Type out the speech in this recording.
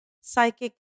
psychic